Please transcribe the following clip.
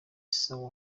sawa